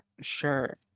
sure